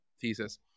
thesis